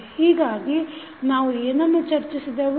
ಹೀಗಾಗಿ ನಾವು ಏನನ್ನು ಚರ್ಚಿಸಿದೆವು